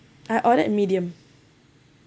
I ordered a medium